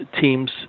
teams